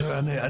בסדר,